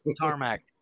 Tarmac